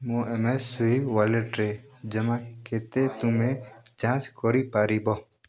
ମୋ ୱାଲେଟ୍ରେ ଜମା କେତେ ତୁମେ ଯାଞ୍ଚ୍ କରିପାରିବ